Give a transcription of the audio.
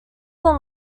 then